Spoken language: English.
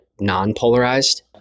non-polarized